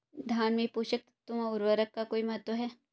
धान में पोषक तत्वों व उर्वरक का कोई महत्व है?